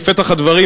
בפתח הדברים,